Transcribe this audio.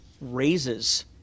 raises